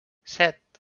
set